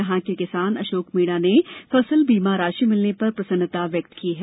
यहां के किसान अशोक मीणा ने फसल बीमा राशि मिलने पर प्रसन्नता व्यक्त की है